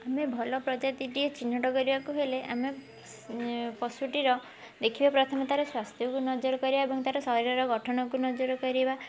ଆମେ ଭଲ ପ୍ରଜାତିଟିଏ ଚିହ୍ନଟ କରିବାକୁ ହେଲେ ଆମେ ପଶୁଟିର ଦେଖିବା ପ୍ରଥମେ ତାର ସ୍ୱାସ୍ଥ୍ୟ ଉପରେ ନଜର କରିବା ଏବଂ ତାର ଶରୀରର ଗଠନକୁ ନଜର କରିବା